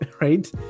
right